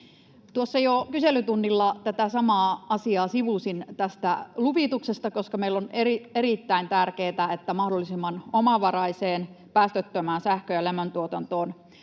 kyselytunnilla sivusin tätä samaa asiaa luvituksesta, koska meillä on erittäin tärkeätä, että mahdollisimman omavaraiseen päästöttömään sähkön ja lämmön tuotantoon